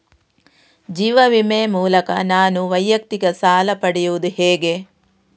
ಜೀವ ವಿಮೆ ಮೂಲಕ ನಾನು ವೈಯಕ್ತಿಕ ಸಾಲ ಪಡೆಯುದು ಹೇಗೆ?